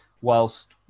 whilst